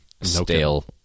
stale